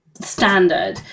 standard